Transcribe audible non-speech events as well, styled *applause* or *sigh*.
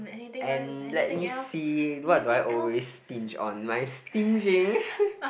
and let me see what do I always stinge on my stinging *laughs*